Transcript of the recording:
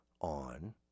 on